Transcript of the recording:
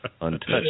untouched